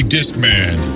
Discman